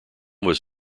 was